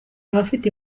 abafite